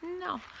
no